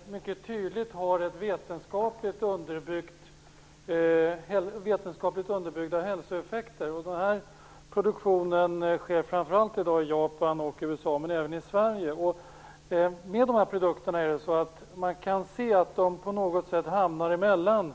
Fru talman! Det växer fram en produktion av livsmedel i dag som mycket tydligt har vetenskapligt underbyggda hälsoeffekter. Den produktionen sker framför allt i Japan och i USA men även i Sverige. Man kan se att dessa produkter på något sätt hamnar mellan